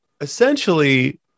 essentially